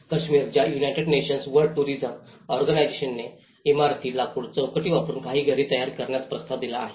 काश्मीर ज्या United Nations World Tourism ओर्गानिजेशनने इमारती लाकूड चौकटी वापरुन काही घरे तयार करण्याचा प्रस्ताव दिला आहे